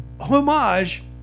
homage